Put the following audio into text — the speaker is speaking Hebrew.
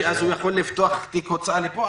שאז הוא יכול לפתוח תיק הוצאה לפועל,